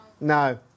No